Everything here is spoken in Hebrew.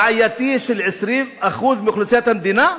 בעייתי, של 20% מאוכלוסיית המדינה?